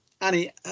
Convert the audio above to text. Annie